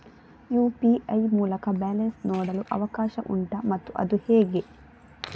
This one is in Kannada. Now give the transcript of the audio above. ಯು.ಪಿ.ಐ ಮೂಲಕ ಬ್ಯಾಲೆನ್ಸ್ ನೋಡಲು ಅವಕಾಶ ಉಂಟಾ ಮತ್ತು ಅದು ಹೇಗೆ?